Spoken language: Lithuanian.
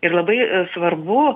ir labai svarbu